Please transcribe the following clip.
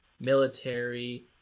military